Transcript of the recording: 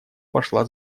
пошла